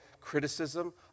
criticism